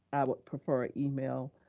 i would prefer email,